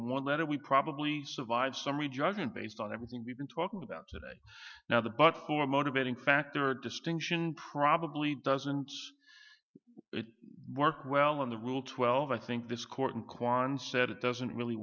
one letter we probably survive summary judgment based on everything we've been talking about today now the but for motivating factor distinction probably doesn't it work well on the rule twelve i think this court and kwan said it doesn't really